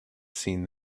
seen